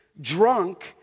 drunk